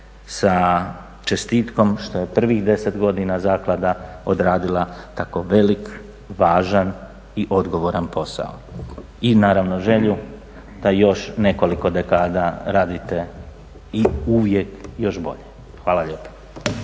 sa čestitkom što je prvih 10 godina zaklada odradila tako velik, važan i odgovoran posao. I naravno želju da još nekoliko dekada radite i uvijek još bolje. Hvala lijepa.